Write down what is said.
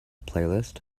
playlist